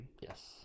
Yes